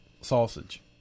Sausage